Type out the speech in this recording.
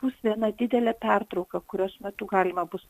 bus viena didelė pertrauka kurios metu galima bus